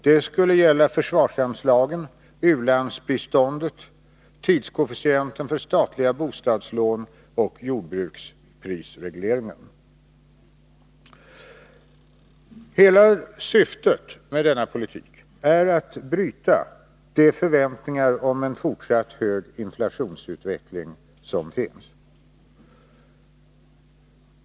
Det skulle gälla försvarsanslagen, u-landsbiståndet, tidskoefficienten för statliga bostadslån och jordbruksprisregleringen. Hela syftet med denna politik är att bryta de förväntningar som finns om en fortsatt hög inflation.